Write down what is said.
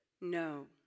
no